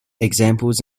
examples